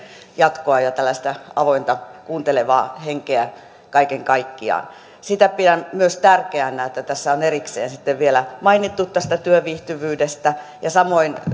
jatkoa ja tällaista avointa kuuntelevaa henkeä kaiken kaikkiaan sitä pidän myös tärkeänä että tässä on erikseen vielä mainittu tästä työviihtyvyydestä samoin